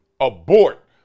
abort